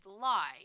lie